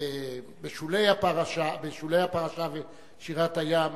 בשולי הפרשה ושירת הים: